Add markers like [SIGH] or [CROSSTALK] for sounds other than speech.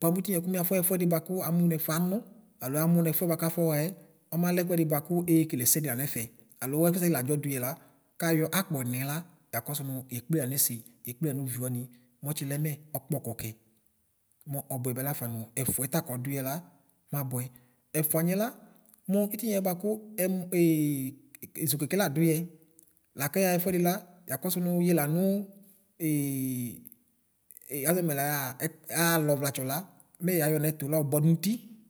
bʋa mʋ itiniɛ bʋakʋ Mia ƒɔxɛƒʋɛdi bʋakʋ amʋ nʋ ɛƒʋɛ anʋ alo amʋωɛƒʋɛ aƒɔxɛɛ ɔmalɛ ɛkʋɛdi bʋakʋ ekele ɛsɛdi la nɛƒɛ alo ɛsɛdi ladzɔdʋɛ la kayɔ akpɔ ɛnɛla yakɔsʋ ωʋ yekple yaωsi yekple yaωʋvi wani mɔtsilɛ mɛ ɔkpɔkɔ kɛ mɔbʋɛbɛ laƒanʋ ɛƒʋɛ ta kɔdʋɛla mabʋɛ ɛƒʋaniɛ la mabʋɛ ɛƒʋamɛ la mʋ itiniɛ bʋakɔ ɛmɔ [HESITATION] ʒokɛkɛ la dʋyɛ lakɛ yaxɛƒʋɛdi la yakɔsʋ yɛ lanʋ [HESITATION] aʒɔɛ nʋ mɛ layɛaa alɔ vlasɔ la mɛ yayɔ yanɛtʋ la yɔbʋadʋ nʋti.